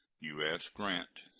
u s. grant.